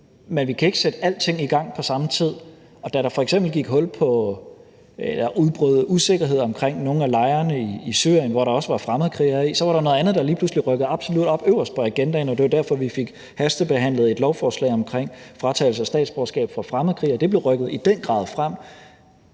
Men vi kan ikke sætte alting i gang på samme tid. Da der f.eks. udbrød usikkerhed omkring nogle af lejrene i Syrien, hvor der også var fremmedkrigere, var der lige pludselig noget andet, der rykkede absolut op øverst på agendaen, og det var derfor, vi fik hastebehandlet et lovforslag om fratagelse af statsborgerskab hos fremmedkrigere, og det blev i den grad